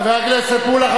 חבר הכנסת מולה.